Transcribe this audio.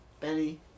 Benny